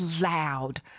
loud